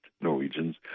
Norwegians